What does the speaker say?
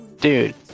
dude